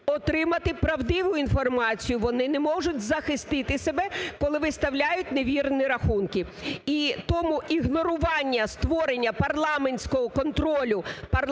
отримати правдиву інформацію, вони не можуть захисти себе, коли виставляють невірні рахунки? І тому ігнорування створення парламентського контролю парламентом